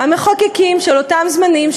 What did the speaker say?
המחוקקים של אותם זמנים,